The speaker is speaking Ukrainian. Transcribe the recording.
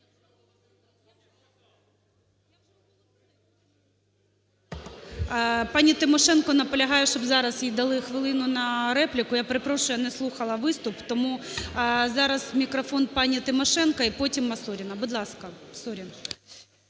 Пані Тимошенко наполягає, щоб зараз їй дали хвилину на репліку. Я перепрошу, я не слухала виступ. Тому зараз мікрофон пані Тимошенко і потім – Масоріна. Будь ласка.